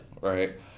Right